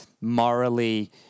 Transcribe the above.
morally